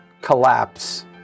collapse